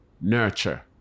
nurture